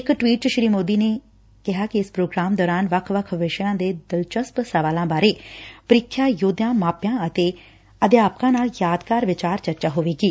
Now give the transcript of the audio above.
ਇਕ ਟਵੀਟ ਚ ਸ੍ਰੀ ਮੋਦੀ ਨੇ ਕਿਹਾ ਕਿ ਇਸ ਪ੍ਰੋਗਰਾਮ ਦੌਰਾਨ ਵੱਖ ਵੱਖ ਵਿਸ਼ਿਆਂ ਦੇ ਦਿਲਚਸਪ ਸਵਾਲਾਂ ਬਾਰੇ ਪ੍ਰੀਖਿਆ ਯੋਧਿਆਂ ਮਾਪਿਆਂ ਅਤੇ ਅਧਿਆਪਕਾਂ ਨਾਲ ਯਾਦਗਾਰ ਵਿਚਾਰ ਚਰਚਾ ਹੋਵੇਗੀ